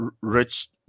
Rich